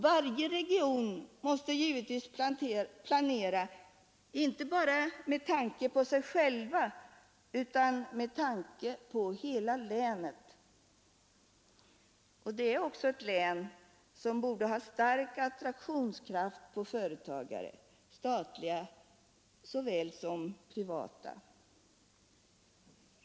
Varje region måste givetvis planera inte bara med tanke på sig själv utan med tanke på hela länet. Det är också ett län som borde ha stark attraktionskraft på företagare, statliga såväl som privata.